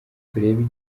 turebe